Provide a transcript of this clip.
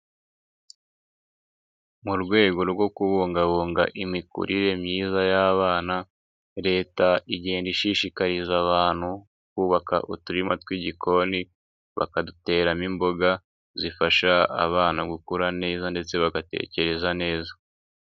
Mu rwego rwo kubungabunga imikurire myiza y'abana, Leta igenda ishishikariza abantu kubaka uturima tw'igikoni, bakaduteramo imboga zifasha abana gukura neza ndetse bagatekereza neza.